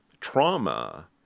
trauma